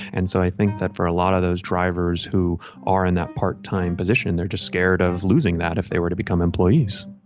and so i think that for a lot of those drivers who are in that part time position they're just scared of losing that if they were to become employees